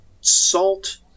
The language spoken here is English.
salt